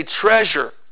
treasure